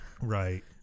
right